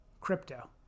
Crypto